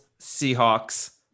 Seahawks